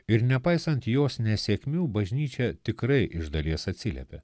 ir nepaisant jos nesėkmių bažnyčia tikrai iš dalies atsiliepia